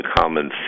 common